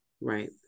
right